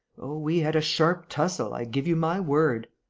oh, we had a sharp tussle, i give you my word!